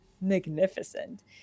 magnificent